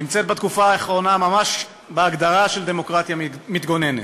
נמצאת בתקופה האחרונה ממש בהגדרה של דמוקרטיה מתגוננת.